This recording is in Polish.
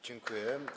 Dziękuję.